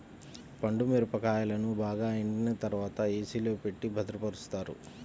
పండు మిరపకాయలను బాగా ఎండిన తర్వాత ఏ.సీ లో పెట్టి భద్రపరుస్తారు